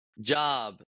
job